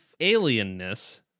alienness